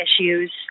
issues